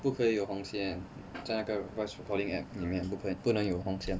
不可以有红线在那个 voice recording app 里面不可以不能有红线